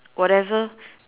whatever